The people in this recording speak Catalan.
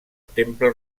temple